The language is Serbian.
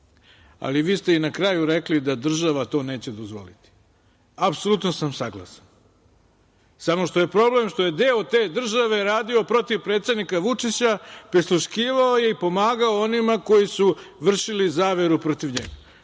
ali vi ste i na kraju rekli da država to neće dozvoliti. Apsolutno sam saglasan, samo što je problem što je deo te države radio protiv predsednika Vučića, prisluškivao je i pomagao onima koji su vršili zaveru protiv njega. Mislim